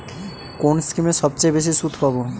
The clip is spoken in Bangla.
কোন স্কিমে সবচেয়ে বেশি সুদ পাব?